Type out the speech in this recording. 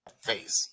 Face